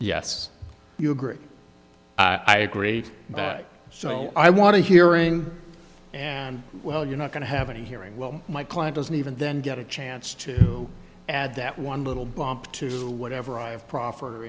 yes you agree i agree so all i want to hearing and well you're not going to have any hearing well my client doesn't even then get a chance to add that one little bump to whatever i have pro